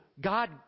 God